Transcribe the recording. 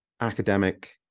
academic